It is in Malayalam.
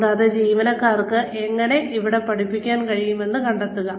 കൂടാതെ ജീവനക്കാർക്ക് എങ്ങനെ അവിടെ പഠിപ്പിക്കാൻ കഴിയുമെന്ന് കണ്ടെത്തുക